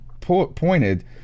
pointed